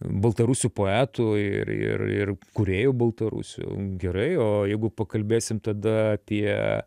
baltarusių poetų ir ir ir kūrėjų baltarusių gerai o jeigu pakalbėsim tada apie